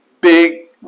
big